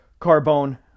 Carbone